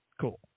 Cool